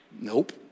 nope